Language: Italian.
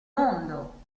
mondo